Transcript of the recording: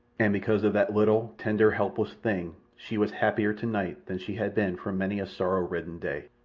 and because of that little tender, helpless thing she was happier tonight than she had been for many a sorrow-ridden day.